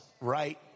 right